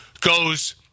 goes